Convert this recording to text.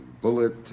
bullet